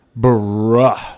bruh